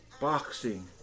boxing